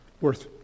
worth